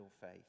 faith